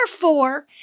four